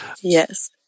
Yes